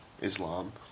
Islam